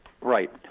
Right